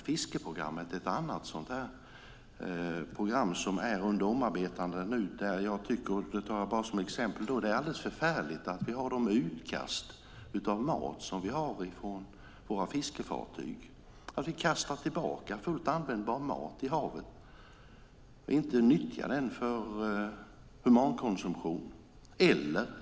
Fiskeprogrammet är ett annat program som håller på att omarbetas. Det är alldeles förfärligt att dessa utkast av mat sker från våra fiskefartyg. Fullt användbar mat kastas tillbaka i havet i stället för att nyttjas för humankonsumtion.